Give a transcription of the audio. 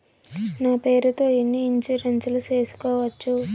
నా పేరుతో ఎన్ని ఇన్సూరెన్సులు సేసుకోవచ్చు?